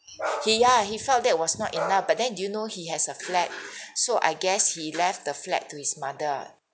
he ya he felt that was not enough but then do you know he has a flat so I guess he left the flat to his mother ah